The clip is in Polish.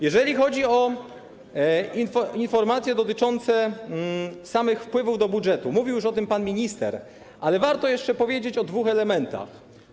Jeżeli chodzi o informacje dotyczące wpływów do budżetu, mówił już o tym pan minister, ale warto powiedzieć o dwóch elementach.